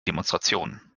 demonstration